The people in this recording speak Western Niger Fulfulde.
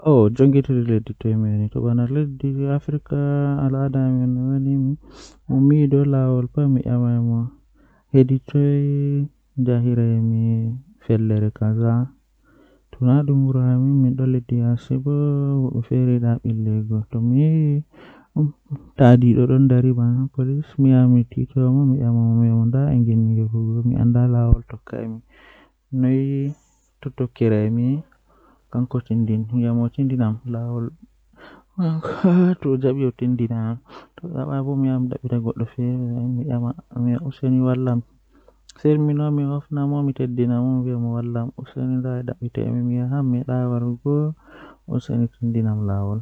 No handi kam kondei aɗon tokka kubaruuji duniyaaru Eyi, ko ɗum fuɗɗi e tawti news, kono ɗum wondi ndiyam jeyɗi. Ɓuri ko waɗde warude e hakke ko yimɓe heɓi laawol e nder duniya. Kono, ɓuri ɗum jokka fiyaama sabuɓe dooɗi no waawi fota fota, ɗum fuɗɗi seɗaade hayde.